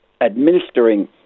administering